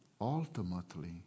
Ultimately